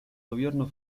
gobierno